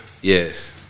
Yes